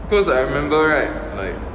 because I remember right like